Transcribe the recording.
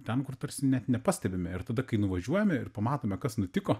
ten kur tarsi net nepastebime ir tada kai nuvažiuojame ir pamatome kas nutiko